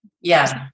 Yes